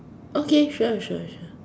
okay sure sure sure